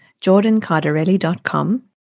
jordancardarelli.com